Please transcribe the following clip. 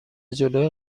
جلوی